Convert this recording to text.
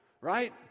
right